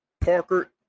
Parker